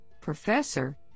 Professor